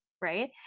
right